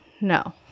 No